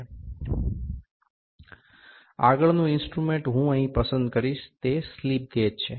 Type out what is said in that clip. આગળનું ઇન્સ્ટ્રુમેન્ટ હું અહીં પસંદ કરીશ તે સ્લિપ ગેજ છે